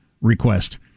request